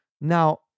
Now